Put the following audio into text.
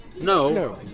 No